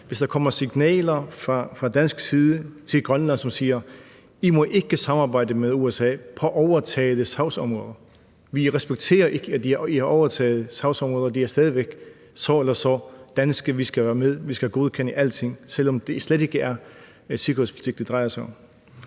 hvis der kommer signaler fra dansk side til Grønland, hvor man siger: I må ikke samarbejde med USA på overtagede sagsområder. Vi respekterer ikke, at I har overtaget sagsområder; de er stadig væk så eller så danske, og vi skal godkende alting, selv om det slet ikke er sikkerhedspolitik, det drejer sig om.